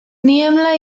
niebla